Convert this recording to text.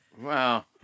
wow